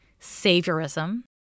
saviorism